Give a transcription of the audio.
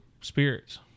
spirits